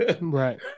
Right